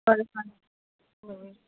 ꯍꯣꯏ ꯍꯣꯏ ꯎꯝ ꯎꯝ